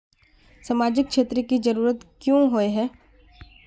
सामाजिक क्षेत्र की जरूरत क्याँ होय है?